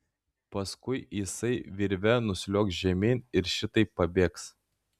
paskui jisai virve nusliuogs žemyn ir šitaip pabėgs